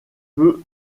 peut